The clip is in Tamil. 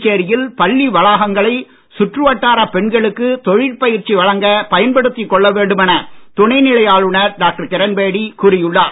புதுச்சேரியில் பள்ளி வளாகங்களை சுற்றுவட்டாரப் பெண்களுக்கு தொழிற்பயிற்சி வழங்கப் பயன்படுத்திக் கொள்ள வேண்டும் என துணைநிலை ஆளுநர் டாக்டர் கிரண்பேடி கூறியுள்ளார்